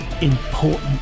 important